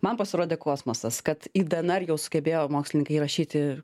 man pasirodė kosmosas kad į dnr jau sugebėjo mokslininkai įrašyti